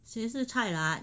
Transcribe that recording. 谁是 cai lan